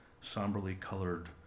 somberly-colored